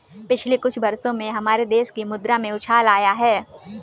पिछले कुछ वर्षों में हमारे देश की मुद्रा में उछाल आया है